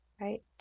right